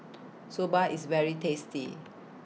Soba IS very tasty